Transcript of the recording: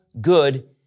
good